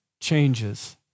changes